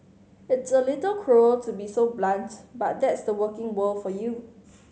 it's a little cruel to be so blunt but that's the working world for you